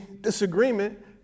disagreement